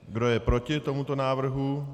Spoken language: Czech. Kdo je proti tomuto návrhu?